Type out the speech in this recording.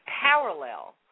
parallel